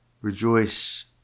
Rejoice